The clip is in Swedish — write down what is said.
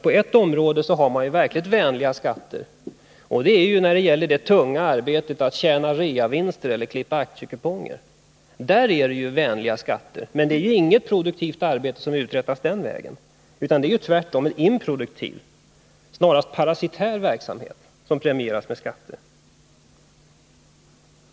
På ett område har man nämligen verkligt vänliga skatter, och det är när det gäller det tunga arbetet att göra reavinster eller att klippa aktiekuponger. Där är det vänliga skatter, men inget produktivt arbete uträttas ju den vägen, utan i det fallet är det tvärtom en improduktiv, snarast parasitär verksamhet som premieras med skattelättnader.